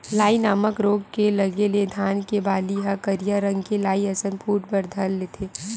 लाई नामक रोग के लगे ले धान के बाली ह करिया रंग के लाई असन फूट बर धर लेथे